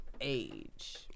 age